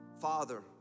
Father